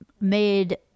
made